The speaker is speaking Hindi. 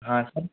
हाँ सर